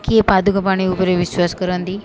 କିଏ ପାଦୁକପଣି ଉପରେ ବିଶ୍ୱାସ କରନ୍ତି